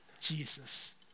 Jesus